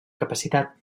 capacitat